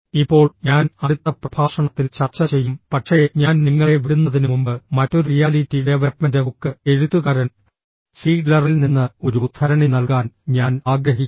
ഇപ്പോൾ ഞാൻ അടുത്ത പ്രഭാഷണത്തിൽ ചർച്ച ചെയ്യും പക്ഷേ ഞാൻ നിങ്ങളെ വിടുന്നതിനുമുമ്പ് മറ്റൊരു റിയാലിറ്റി ഡെവലപ്മെന്റ് ബുക്ക് എഴുത്തുകാരൻ സീഗ്ലറിൽ നിന്ന് ഒരു ഉദ്ധരണി നൽകാൻ ഞാൻ ആഗ്രഹിക്കുന്നു